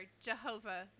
Jehovah